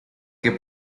que